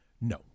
no